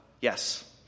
Yes